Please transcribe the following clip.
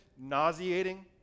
nauseating